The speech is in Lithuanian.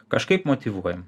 kažkaip motyvuojam